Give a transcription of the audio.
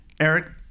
Eric